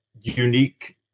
unique